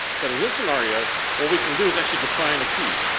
but in this scenario what we can do is actually define a key.